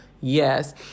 yes